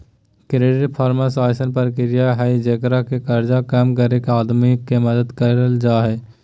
credit परामर्श अइसन प्रक्रिया हइ जेकरा में कर्जा कम करके आदमी के मदद करल जा हइ